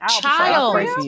child